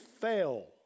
fail